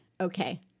Okay